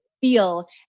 feel